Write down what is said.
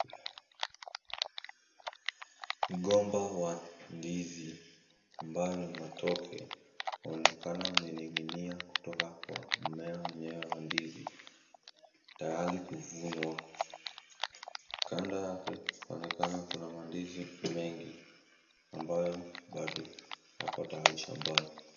Mgomba wa ndizi ambayo ni matoke unaonekana umening'inia kutoka kwa mmea wenyewe wa ndizi tayari kuvunwa. Kando yake kunaonekana kuna mandizi mengi ambayo bado yako tayari shambani.